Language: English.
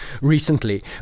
recently